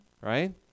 right